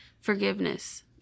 forgiveness